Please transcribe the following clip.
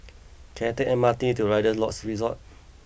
can I take M R T to Rider Lodges Resort